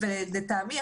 ולטעמי,